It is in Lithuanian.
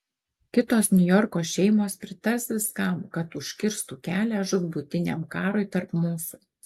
kitos niujorko šeimos pritars viskam kad užkirstų kelią žūtbūtiniam karui tarp mūsų